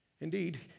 Indeed